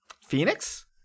Phoenix